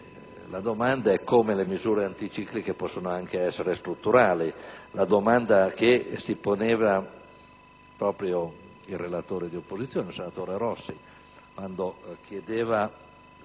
la domanda è come le misure anticicliche possano anche essere strutturali. Era la domanda che si poneva il relatore di minoranza, il senatore Rossi, quando chiedeva